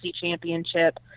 championship